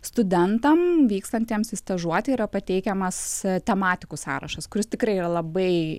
studentam vykstantiems į stažuotę yra pateikiamas tematikų sąrašas kuris tikrai yra labai